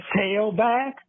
tailback